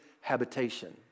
habitation